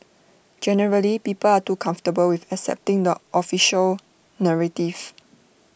generally people are too comfortable with accepting the official narrative